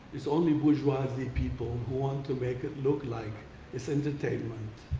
it's only bourgeoisie people who want to make it look like it's entertainment.